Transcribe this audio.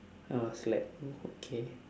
then I was like oh okay